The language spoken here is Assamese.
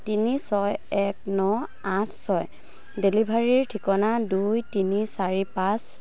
তিনি ছয় এক ন আঠ ছয় ডেলিভাৰীৰ ঠিকনা দুই তিনি চাৰি পাঁচ